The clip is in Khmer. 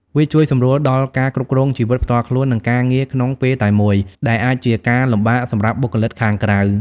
វាជួយសម្រួលដល់ការគ្រប់គ្រងជីវិតផ្ទាល់ខ្លួន និងការងារក្នុងពេលតែមួយ ដែលអាចជាការលំបាកសម្រាប់បុគ្គលិកខាងក្រៅ។